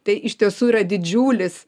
tai iš tiesų yra didžiulis